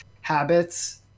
habits